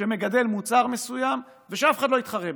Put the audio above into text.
שמגדל מוצר מסוים, ושאף אחד לא יתחרה בי.